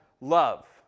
love